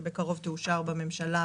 שבקרוב תאושר בממשלה,